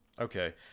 Okay